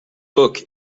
book